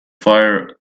fire